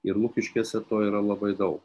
ir lukiškėse to yra labai daug